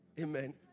amen